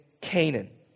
Canaan